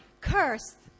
cursed